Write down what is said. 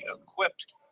equipped